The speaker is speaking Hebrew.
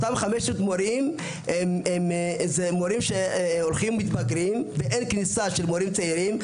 אותם מורים זה מורים שהולכים ומתבגרים ואין כניסת מורים צעירים.